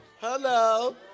Hello